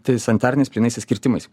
tai sanitariniais plynaisiais kirtimais